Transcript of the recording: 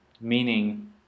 meaning